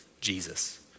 Jesus